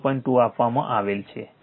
2 આપવામાં આવેલ છે